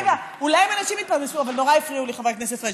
אבל נורא הפריעו לי, חבר הכנסת פריג'.